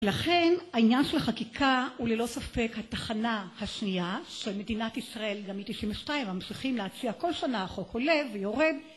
לכן, העניין של החקיקה, הוא ללא ספק התחנה השנייה, שמדינת ישראל גם מתשעים ושתיים ממשיכים להציע כל שנה החוק עולה ויורד